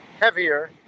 heavier